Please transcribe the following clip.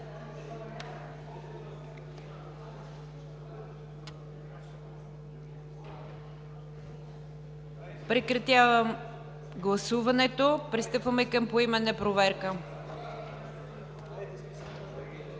Прекратете гласуването. Пристъпваме към поименна проверка.